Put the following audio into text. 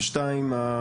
ושתיים,